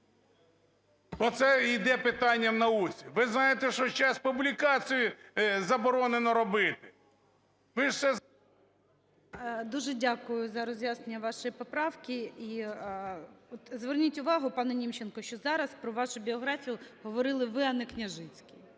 це іде питання в науці. Ви знаєте, що зараз публікацію заборонено робити. Ви ж це… ГОЛОВУЮЧИЙ. Дуже дякую за роз'яснення вашої поправки. І от зверніть увагу, пане Німченко, що зараз про вашу біографію говорили ви, а не Княжицький,